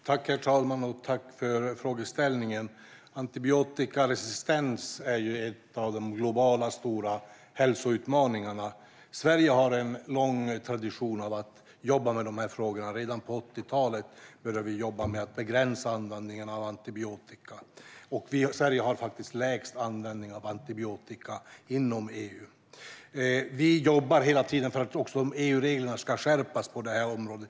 Herr talman! Tack för frågeställningen! Antibiotikaresistens är en av de globala stora hälsoutmaningarna. Sverige har en lång tradition av att jobba med de här frågorna. Redan på 80talet började vi att jobba med att begränsa användningen av antibiotika. Vi i Sverige har den lägsta användningen av antibiotiska inom EU. Vi jobbar hela tiden för att EU-reglerna ska skärpas på det här området.